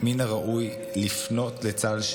מן הראוי לפנות לצה"ל,